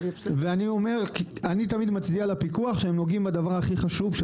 ואני תמיד מצדיע לפיקוח שהם נוגעים בדבר הכי חשוב,